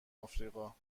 افریقا